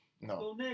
no